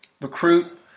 recruit